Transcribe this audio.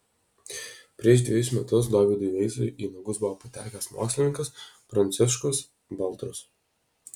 prieš dvejus metus dovydui veisui į nagus buvo patekęs mokslininkas pranciškus baltrus